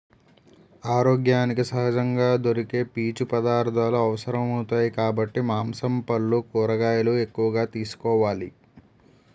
ఆరోగ్యానికి సహజంగా దొరికే పీచు పదార్థాలు అవసరమౌతాయి కాబట్టి మాంసం, పల్లు, కూరగాయలు ఎక్కువగా తీసుకోవాలి